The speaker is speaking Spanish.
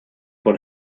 por